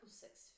six